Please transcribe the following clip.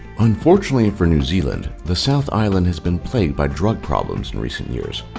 unfortunately for new zealand, the south island has been plagued by drug problems in recent years,